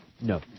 No